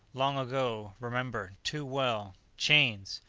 long ago. remember. too well. chains!